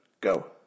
go